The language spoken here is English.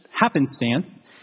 happenstance